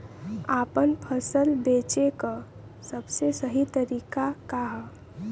आपन फसल बेचे क सबसे सही तरीका का ह?